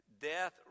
death